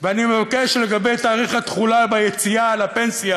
ואני מבקש לגבי תאריך התחילה ביציאה לפנסיה